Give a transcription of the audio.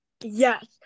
yes